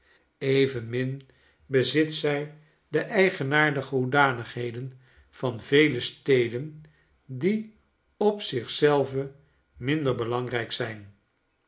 evenmin bezit zij de eigenaardige hoedanigheden van vele steden die op zich zelve minder belangrijk zijn